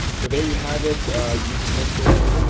so there you have it using listsource.